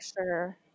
sure